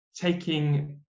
taking